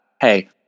hey